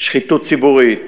שחיתות ציבורית,